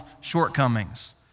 shortcomings